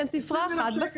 ספרה אחת.